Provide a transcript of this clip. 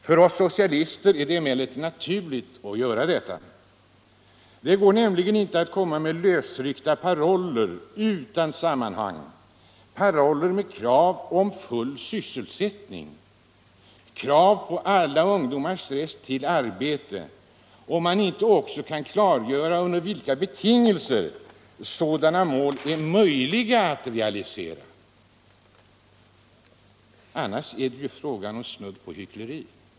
För oss socialister är det emellertid naturligt att göra det. Det går nämligen inte att komma med lösryckta paroller utan sammanhang — paroller med krav på full sysselsättning, krav på alla ungdomars rätt till arbete - om man inte också kan klargöra under vilka betingelser sådana mål är möjliga att realisera. Annars är det snudd på hyckleri.